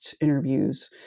interviews